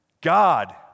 God